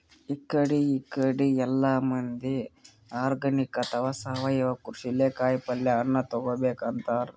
ಇಕಡಿ ಇಕಡಿ ಎಲ್ಲಾ ಮಂದಿ ಆರ್ಗಾನಿಕ್ ಅಥವಾ ಸಾವಯವ ಕೃಷಿಲೇ ಕಾಯಿಪಲ್ಯ ಹಣ್ಣ್ ತಗೋಬೇಕ್ ಅಂತಾರ್